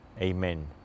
Amen